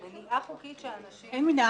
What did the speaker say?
אין.